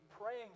praying